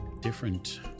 different